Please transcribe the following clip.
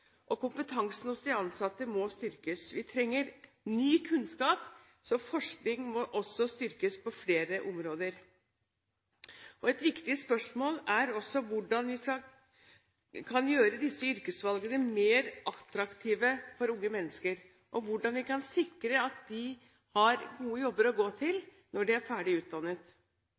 Kompetansen hos de ansatte må styrkes. Vi trenger ny kunnskap, så forskning må også styrkes på flere områder. Et viktig spørsmål er også hvordan vi kan gjøre disse yrkesvalgene mer attraktive for unge mennesker og hvordan vi kan sikre at de har gode jobber å gå til når de er ferdig utdannet.